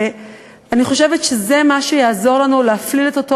אני חושבת שזה מה שיעזור לנו להפליל את אותו